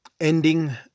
ending